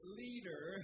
leader